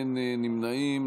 אין נמנעים.